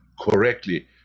correctly